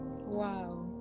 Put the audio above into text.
wow